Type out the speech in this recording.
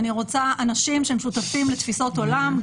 אני רוצה אנשים שהם שותפים לתפיסת עולם.